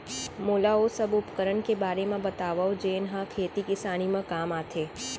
मोला ओ सब उपकरण के बारे म बतावव जेन ह खेती किसानी म काम आथे?